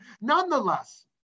Nonetheless